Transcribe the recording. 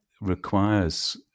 requires